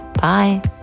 Bye